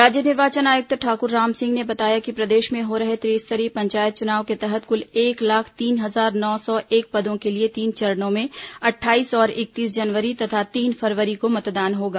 राज्य निर्वाचन आयुक्त ठाकुर रामसिंह ने बताया कि प्रदेश में हो रहे त्रिस्तरीय पंचायत चुनाव के तहत क्ल एक लाख तीन हजार नौ सौ एक पदों के लिए तीन चरणों में अट्ठाईस और इकतीस जनवरी तथा तीन फरवरी को मतदान होगा